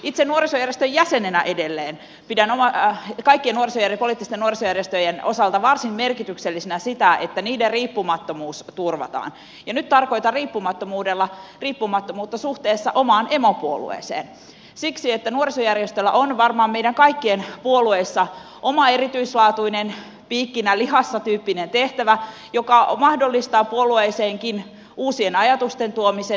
itse edelleen nuorisojärjestön jäsenenä pidän kaikkien poliittisten nuorisojärjestöjen osalta varsin merkityksellisenä sitä että niiden riippumattomuus turvataan ja nyt tarkoitan riippumattomuutta suhteessa omaan emopuolueeseen siksi että nuorisojärjestöllä on varmaan meidän kaikkien puolueissa oma erityislaatuinen piikkinä lihassa tyyppinen tehtävä joka mahdollistaa uusien ajatusten tuomisen puolueeseenkin